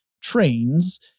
trains